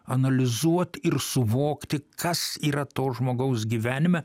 analizuot ir suvokti kas yra to žmogaus gyvenime